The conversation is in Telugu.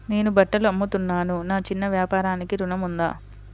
నేను బట్టలు అమ్ముతున్నాను, నా చిన్న వ్యాపారానికి ఋణం ఉందా?